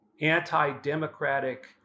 anti-democratic